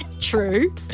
True